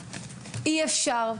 אי-אפשר.